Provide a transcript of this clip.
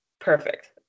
perfect